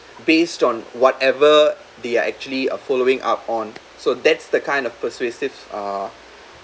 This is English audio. based on whatever they are actually uh following up on so that's the kind of persuasive uh